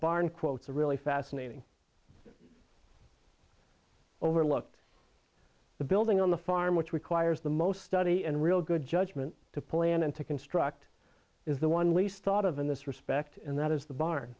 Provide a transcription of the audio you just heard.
barn quotes a really fascinating overlook the building on the farm which requires the most study and real good judgment to plan and to construct is the one least thought of in this respect and that is the barn